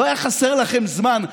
לא היה חסר לכם זמן,